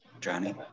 Johnny